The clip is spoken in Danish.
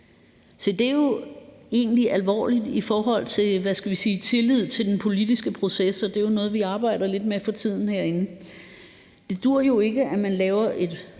Se, det er jo egentlig alvorligt i forhold til tilliden til den politiske proces, og det er jo noget, vi arbejder lidt med for tiden herinde. Det duer jo ikke, at man laver et